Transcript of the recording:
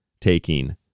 taking